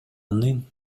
анын